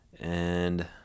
And-